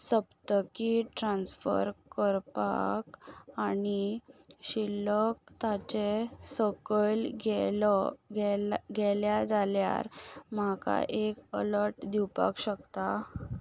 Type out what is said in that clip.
सप्तकी transfer करपाक आनी शिल्लक ताचे सकयल गेल्या जाल्यार म्हाका एक अलर्ट दिवपाक शकता